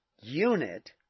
unit